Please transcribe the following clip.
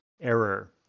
error